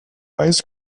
ice